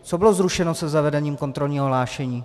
Co bylo zrušeno se zavedením kontrolního hlášení?